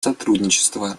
сотрудничества